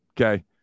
Okay